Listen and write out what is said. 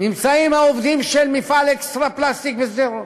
נמצאים העובדים של מפעל "אקסטרא פלסטיק" בשדרות,